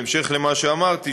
בהמשך למה שאמרתי,